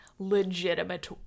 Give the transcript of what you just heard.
legitimate